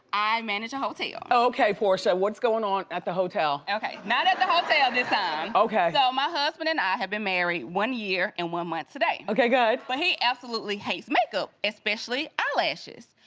i manage a hotel. oh okay, porsha. what's going on at the hotel? okay, not at the hotel yeah this time. okay. so my husband and i have been married one year and one month today. okay, go ahead. but he absolutely hates makeup, especially eye lashes.